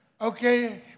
okay